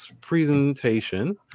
presentation